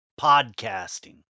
podcasting